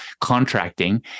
contracting